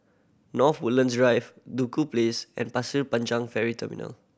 North Woodlands Drive Duku Place and Pasir Panjang Ferry Terminal